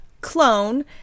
clone